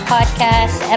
Podcast